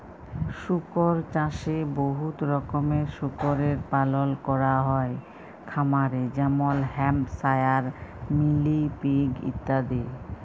শুকর চাষে বহুত রকমের শুকরের পালল ক্যরা হ্যয় খামারে যেমল হ্যাম্পশায়ার, মিলি পিগ ইত্যাদি